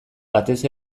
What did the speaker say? batez